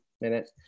minute